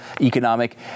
economic